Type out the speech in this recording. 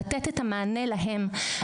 לתת את המענה להן.